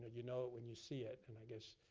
you know it when you see it. and i guess